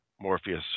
Morpheus